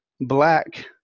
black